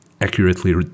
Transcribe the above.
accurately